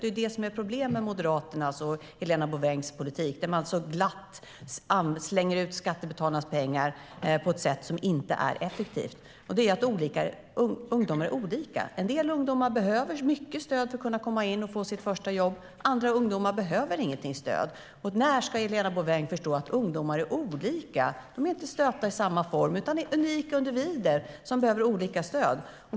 Det är det som är problemet med Moderaternas och Helena Bouvengs politik, alltså att de så glatt slänger ut skattebetalarnas pengar på ett sätt som inte är effektivt. Ungdomar är olika. En del ungdomar behöver mycket stöd för att kunna få sitt första jobb. Andra ungdomar behöver inte något stöd. När ska Helena Bouveng förstå att ungdomar är olika? De är inte stöpta i samma form, utan de är unika individer som behöver olika stöd.